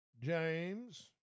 James